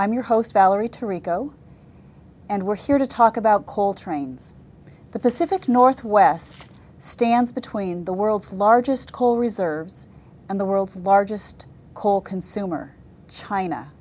i'm your host valerie to rico and we're here to talk about coal trains the pacific northwest stands between the world's largest coal reserves and the world's largest coal consumer china